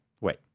Wait